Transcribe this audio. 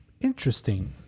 interesting